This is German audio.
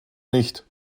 nicht